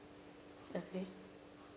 okay